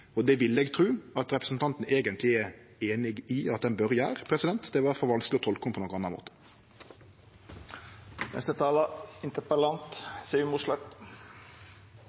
Det vil eg tru at representanten eigentleg er einig i at ein bør gjere. Det er iallfall vanskeleg å tolke ho på nokon